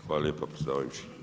Hvala lijepa predsjedavajući.